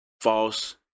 false